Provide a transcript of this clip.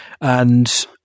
and-